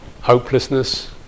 hopelessness